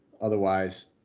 Otherwise